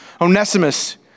Onesimus